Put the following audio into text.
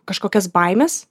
kažkokias baimes